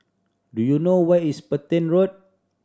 do you know where is Petain Road